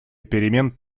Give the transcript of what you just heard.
перемен